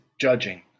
judging